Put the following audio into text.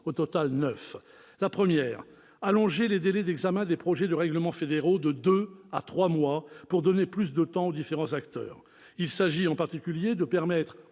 il convient d'allonger les délais d'examen des projets de règlements fédéraux de deux à trois mois, pour donner plus de temps aux différents acteurs. Il s'agit en particulier de permettre,